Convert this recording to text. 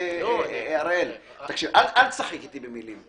הראל, אל תשחק איתי במילים.